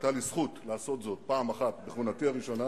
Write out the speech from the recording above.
היתה לי זכות לעשות זאת פעם אחת בכהונתי הראשונה,